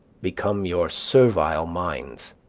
become your servile minds